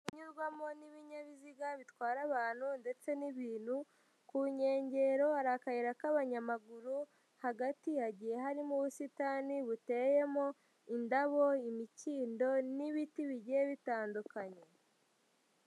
Unyurwamo n'ibinyabiziga bitwara abantu ndetse n'ibintu, ku nkengero hari akayira k'abanyamaguru, hagati hagiye harimo ubusitani buteyemo indabo, imikindo, n'ibiti bigiye bitandukanye.